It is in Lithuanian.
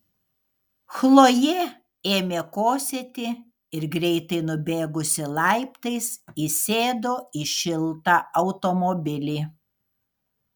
chlojė ėmė kosėti ir greitai nubėgusi laiptais įsėdo į šiltą automobilį